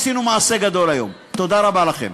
עשינו מעשה גדול היום, תודה רבה לכם.